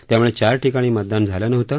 त्यामुळे चार ठिकाणी मतदान झालं नव्हतं